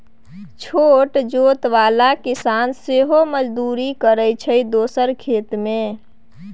छोट जोत बला किसान सेहो मजदुरी करय छै दोसरा खेत मे